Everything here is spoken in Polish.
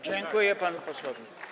Dziękuję panu posłowi.